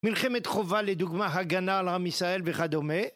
מלחמת חובה לדוגמה הגנה על עם ישראל וכדומה